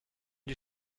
die